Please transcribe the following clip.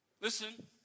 Listen